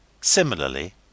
Similarly